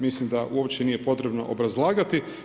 Mislim da uopće nije potrebno obrazlagati.